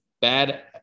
Bad